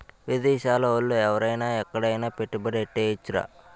విదేశాల ఓళ్ళు ఎవరైన ఎక్కడైన పెట్టుబడి ఎట్టేయొచ్చురా